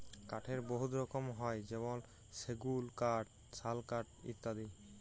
কাঠের বহুত রকম হ্যয় যেমল সেগুল কাঠ, শাল কাঠ ইত্যাদি